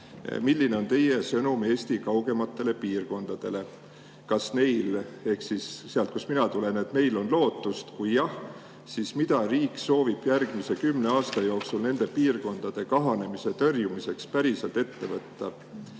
milline on teie sõnum Eesti kaugematele piirkondadele? Kas neil ehk siis piirkondadel, kust mina tulen, on lootust? Kui jah, siis mida riik soovib järgmise kümne aasta jooksul nende piirkondade [elanikkonna] kahanemise tõrjumiseks päriselt ette võtta?